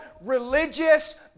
religious